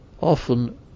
often